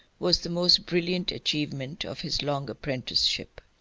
was the most brilliant achievement of his long apprenticeship.